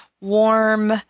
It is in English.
warm